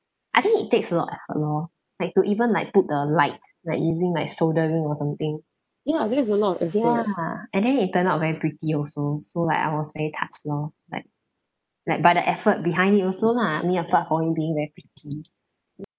I think it takes a lot of effort loh like to even like put the lights like using like soldering or something ya and then it turned out very pretty also so like I was very touched loh like like by the effort behind it also lah I mean apart from it being very pretty